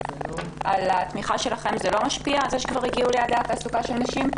על התמיכה שלכם לא משפיע זה שכבר הגיעו ליעדי התעסוקה של נשים?